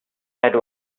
had